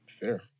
Fair